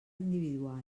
individual